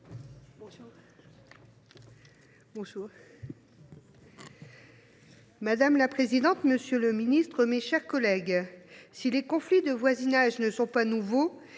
Madame la présidente, monsieur le garde des sceaux, mes chers collègues, si les conflits de voisinages ne sont pas nouveaux,